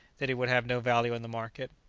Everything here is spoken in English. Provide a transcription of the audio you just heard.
that he would have no value in the market.